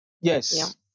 Yes